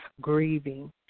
grieving